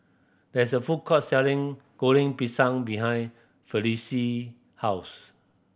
there is a food court selling Goreng Pisang behind Felicie house